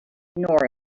nor